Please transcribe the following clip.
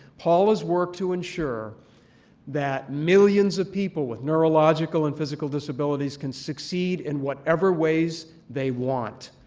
paul has worked to ensure that millions of people with neurological and physical disabilities can succeed in whatever ways they want,